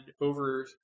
over